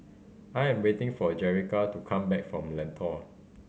I am waiting for Jerrica to come back from Lentor